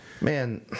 Man